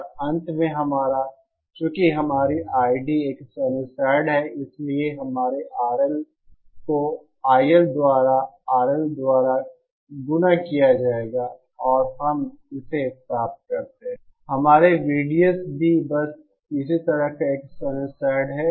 और अंत में हमारा चूंकि हमारी ID एक साइनसॉयड है इसलिए हमारे RL को IL द्वारा RL द्वारा गुणा किया जाएगा और हम इसे प्राप्त करते हैं हमारे VDS भी बस इस तरह एक साइनसॉइड है